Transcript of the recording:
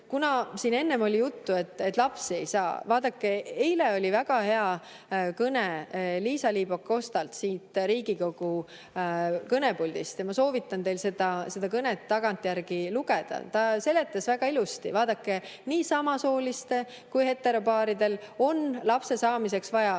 kuna siin enne oli juttu, et [samasoolised paarid] lapsi ei saa. Vaadake, eile oli väga hea kõne Liisa-Ly Pakostalt siit Riigikogu kõnepuldist, ma soovitan teil seda kõnet tagantjärgi lugeda. Ta seletas väga ilusti: vaadake, nii samasoolistel kui ka heteropaaridel on lapse saamiseks vaja ühte